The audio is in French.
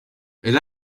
elle